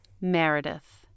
Meredith